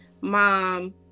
Mom